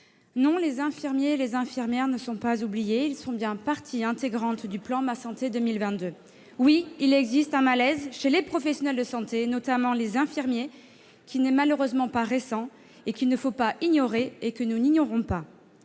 non, les infirmières et les infirmiers ne sont pas oubliés, ils sont bien partie intégrante du plan « Ma santé 2022 ». Oui, il existe un malaise chez les professionnels de santé, notamment les infirmiers, qui n'est malheureusement pas récent, qu'il ne faut pas ignorer et que nous n'ignorons pas.